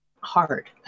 hard